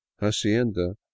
hacienda